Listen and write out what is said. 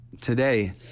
Today